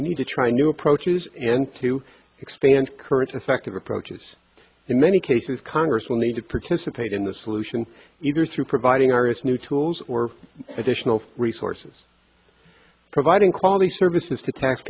we need to try new approaches and to expand current effective approaches in many cases congress will need to purchase a paid in the solution either through providing our as new tools or additional resources providing quality services to